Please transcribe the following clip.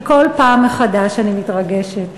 וכל פעם מחדש אני מתרגשת.